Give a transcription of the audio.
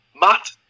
Matt